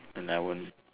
and I won't